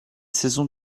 saison